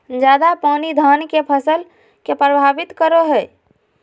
ज्यादा पानी धान के फसल के परभावित करो है?